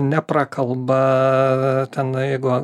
neprakalba ten jeigu